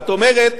זאת אומרת,